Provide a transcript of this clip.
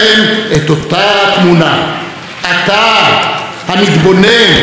אתה, המתבונן, הכי צודק בעיר.